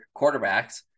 quarterbacks